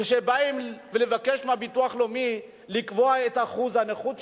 כשבאים לבקש מהביטוח הלאומי לקבוע את אחוז הנכות שלהם,